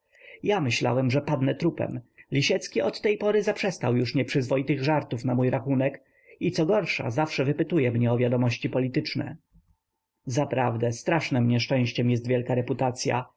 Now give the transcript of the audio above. ja myślałem że padnę trupem lisiecki od tej pory zaprzestał już nieprzyzwoitych żartów na mój rachunek i co gorsze zawsze wypytuje mnie o wiadomości polityczne zaprawdę strasznem nieszczęściem jest wielka reputacya